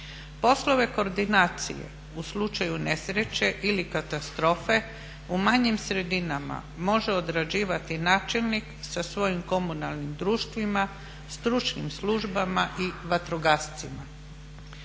Poslove koordinacije u slučaju nesreće ili katastrofe u manjim sredinama može odrađivati načelnik sa svojim komunalnim društvima, stručnim službama i vatrogascima.